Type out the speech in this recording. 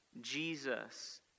Jesus